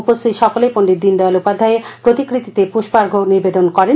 উপস্থিত সকলে পণ্ডিত দীনদয়াল উপাধ্যায়ের প্রতিকৃতিতে পুষ্পার্ঘ্য নিবেদন করেন